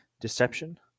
Deception